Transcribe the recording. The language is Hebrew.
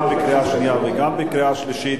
גם בקריאה שנייה וגם בקריאה שלישית.